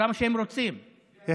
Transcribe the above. הכי גדולה, זה